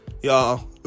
y'all